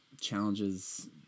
challenges